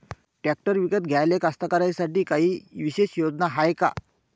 Tractor विकत घ्याले कास्तकाराइसाठी कायी विशेष योजना हाय का?